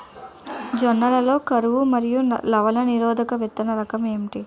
జొన్న లలో కరువు మరియు లవణ నిరోధక విత్తన రకం ఏంటి?